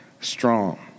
strong